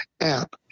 app